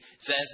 says